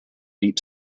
deep